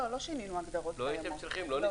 לא, לא שינינו הגדרות קיימות.